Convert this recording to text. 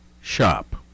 shop